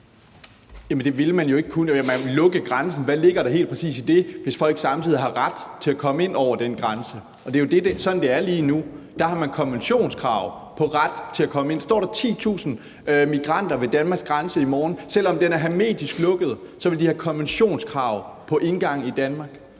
Jamen det ville man jo ikke kunne gøre. Hvad ligger der helt præcis i at lukke grænsen, hvis folk samtidig har ret til at komme ind over den grænse? Det er jo sådan, det er lige nu. Man har konventionskrav på, at man har ret til at komme ind. Hvis der står titusindvis af migranter ved Danmarks grænse i morgen, vil de, selv om den er hermetisk lukket, have konventionskrav på at få adgang til Danmark.